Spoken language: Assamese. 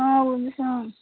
অঁ বুজিছোঁ অঁ